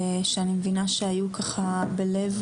שאני מבינה שהיו ככה בלב